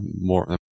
more